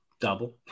Double